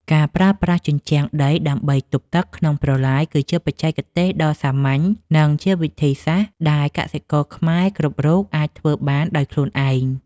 ការប្រើប្រាស់ជញ្ជាំងដីដើម្បីទប់ទឹកក្នុងប្រឡាយគឺជាបច្ចេកទេសដ៏សាមញ្ញ និងជាវិធីសាស្ត្រដែលកសិករខ្មែរគ្រប់រូបអាចធ្វើបានដោយខ្លួនឯង។